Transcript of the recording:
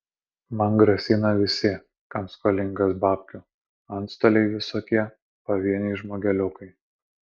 man grasina visi kam skolingas babkių antstoliai visokie pavieniai žmogeliukai